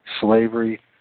slavery